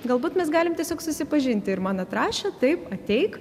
galbūt mes galim tiesiog susipažinti ir man atrašė taip ateik